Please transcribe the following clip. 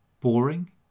Boring